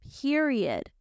Period